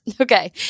Okay